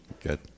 Good